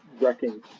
wrecking